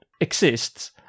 exists